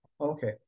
Okay